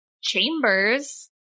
chambers